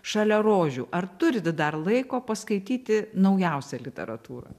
šalia rožių ar turit dar laiko paskaityti naujausią literatūrą